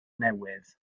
newydd